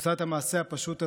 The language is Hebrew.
עושה את המעשה הפשוט הזה,